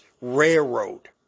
railroad